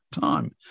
time